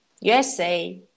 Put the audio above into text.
USA